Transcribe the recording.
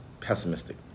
pessimistic